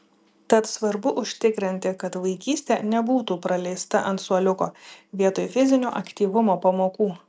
tad svarbu užtikrinti kad vaikystė nebūtų praleista ant suoliuko vietoj fizinio aktyvumo pamokų